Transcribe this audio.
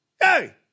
Hey